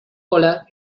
hola